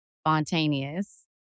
spontaneous